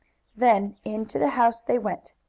then into the house they went.